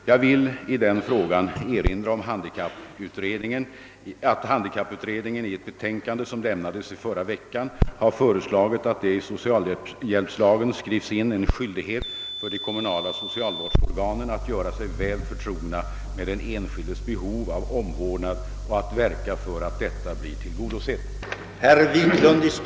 Jag vill i den frågan erinra om att handikapputredningen i ett betänkande som lämnades i förra veckan har föreslagit att det i socialhjälpslagen skrivs in en skyldighet för de kommunala socialvårdsorganen att göra sig väl förtrogna med den enskildes behov av omvårdnad och att verka för att detta blir tillgodosett.